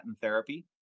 therapy